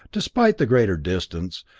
despite the greater distance,